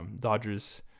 Dodgers